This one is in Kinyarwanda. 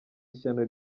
ishyano